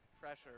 pressure